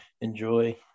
enjoy